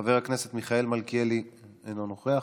חבר הכנסת מיכאל מלכיאלי, אינו נוכח,